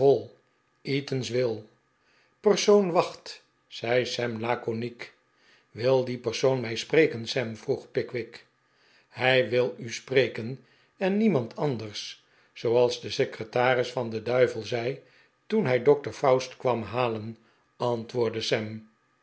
eatanswill persoon wacht zei sam laeoniek wil die persoon mij spreken sam vroeg pickwick hij wil u spreken en niemand anders zooals de secretaris van den duivel zei toen hij doctor faust kwam halen antwoordde